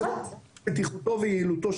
בטיחותו ויעילותו,